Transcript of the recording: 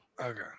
Okay